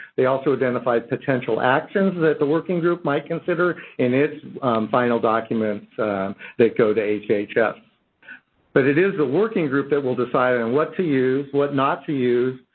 they also identified potential actions that the working group might consider in its final document that goes to hhs. but it is the working group that will decide on what to use, what not to use,